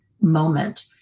moment